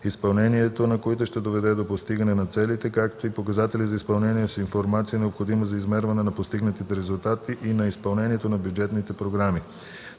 изпълнението на които ще доведе до постигане на целите, както и показатели за изпълнение с информация, необходима за измерване на постигнатите резултати и на изпълнението на бюджетните програми.